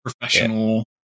professional